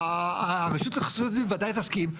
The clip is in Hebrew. הרשות להתחדשות עירונית בוודאי תסכים,